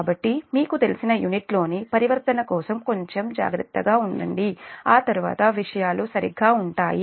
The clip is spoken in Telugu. కాబట్టి మీకు తెలిసిన యూనిట్లోని పరివర్తన కోసం కొంచెం జాగ్రత్తగా ఉండండి ఆ తర్వాత విషయాలు సరిగ్గా ఉంటాయి